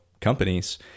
companies